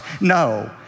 No